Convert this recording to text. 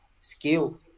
skill